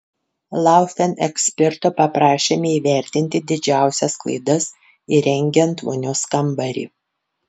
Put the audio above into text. laufen eksperto paprašėme įvardinti didžiausias klaidas įrengiant vonios kambarį